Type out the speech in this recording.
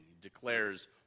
declares